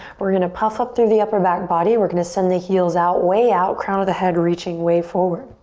we're gonna puff up through the upper back body. we're gonna send the heels out, way out, crown of the head reaching way forward.